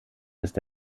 ist